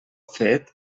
fet